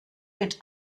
mit